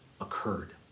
occurred